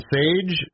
Sage